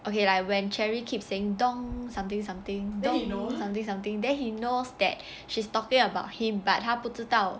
okay like when cherry keep saying dong something something dong something something then he knows that she's talking about him but 他不知道